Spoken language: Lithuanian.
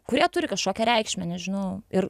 kurie turi kažkokią reikšmę nežinau ir